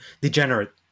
Degenerate